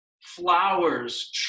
Flowers